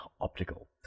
optical